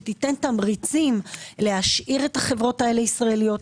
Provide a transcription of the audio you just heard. שתיתן תמריצים להשאיר את החברות האלה ישראליות,